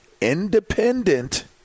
independent